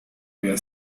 había